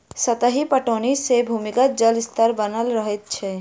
सतही पटौनी सॅ भूमिगत जल स्तर बनल रहैत छै